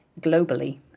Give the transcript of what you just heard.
globally